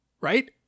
right